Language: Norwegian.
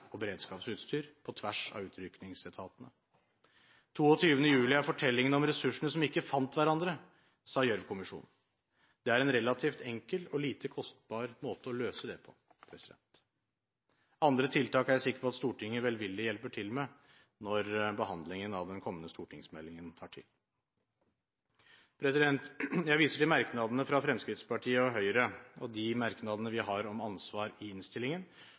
og beredskapsutstyr på tvers av utrykningsetatene. 22. juli er fortellingen om ressursene som ikke fant hverandre, sa Gjørv-kommisjonen. Det er en relativt enkel og lite kostbar måte å løse det på. Andre tiltak er jeg sikker på at Stortinget velvillig hjelper til med når behandlingen av den kommende stortingsmeldingen tar til. Jeg viser til de merknadene Fremskrittspartiet og Høyre har i innstillingen om ansvar. Der foretas det også en gjennomgang av hva ansvar har betydd i